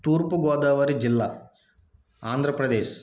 తూర్పుగోదావరి జిల్లా ఆంధ్రప్రదేశ్